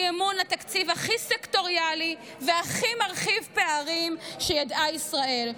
אי-אמון לתקציב הכי סקטוריאלי והכי מרחיב פערים שידעה ישראל,